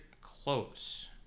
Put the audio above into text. close